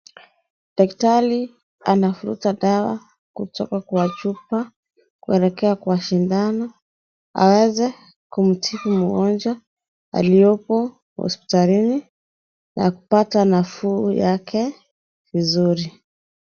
Daktari anavuruta dawa kutoka kwa chupa kuelekea kwa sindano awenze kumtibu mgonjwa aliyopo hospitalini na kupata nafuu yake vizuri.